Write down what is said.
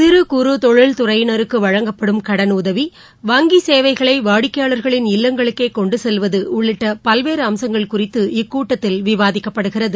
சிறு குறு தொழில் துறையினருக்கு வழங்கப்படும் கடன் உதவி வங்கி சேவைகளை வாடிக்கையாளர்களின் இல்லங்களுக்கே கொண்டு செல்லுவது உள்ளிட்ட பல்வேறு அம்சங்கள் குறித்து இக்கூட்டத்தில் விவாதிக்கப்படுகிறது